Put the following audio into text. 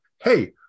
hey